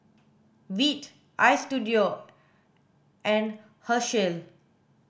Veet Istudio and Herschel